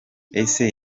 ese